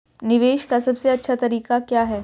निवेश का सबसे अच्छा तरीका क्या है?